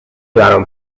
برام